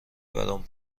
برام